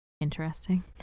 interesting